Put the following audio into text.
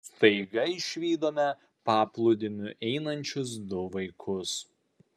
staiga išvydome paplūdimiu einančius du vaikus